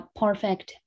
perfect